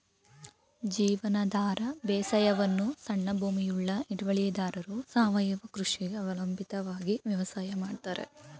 ಜೀವನಾಧಾರ ಬೇಸಾಯವನ್ನು ಸಣ್ಣ ಭೂಮಿಯುಳ್ಳ ಹಿಡುವಳಿದಾರರು ಸಾವಯವ ಕೃಷಿಗೆ ಅವಲಂಬಿತವಾಗಿ ವ್ಯವಸಾಯ ಮಾಡ್ತರೆ